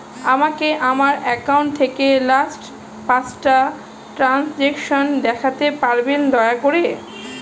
আমাকে আমার অ্যাকাউন্ট থেকে লাস্ট পাঁচটা ট্রানজেকশন দেখাতে পারবেন দয়া করে